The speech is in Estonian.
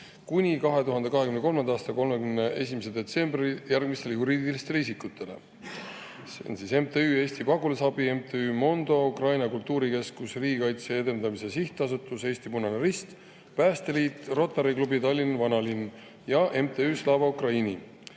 kuni 2023. aasta 31. detsembrini järgmistele juriidilistele isikutele: MTÜ Eesti Pagulasabi, MTÜ Mondo, Ukraina Kultuurikeskus, Riigikaitse Edendamise Sihtasutus, Eesti Punane Rist, Päästeliit, Rotary Klubi Tallinn Vanalinn, MTÜ Slava Ukraini.